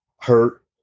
hurt